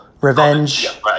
Revenge